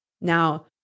Now